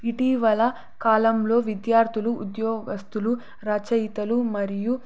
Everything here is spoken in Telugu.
ఇటీవల కాలంలో విద్యార్థులు ఉద్యోగస్తులు రచయితలు మరియు